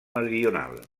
meridional